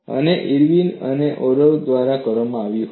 અને આ ઇરવિન અને ઓરોવાન દ્વારા કરવામાં આવ્યું હતું